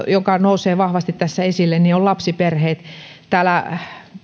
joka nousee vahvasti tässä esille on lapsiperheet täällä